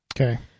okay